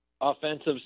offensive